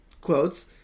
quotes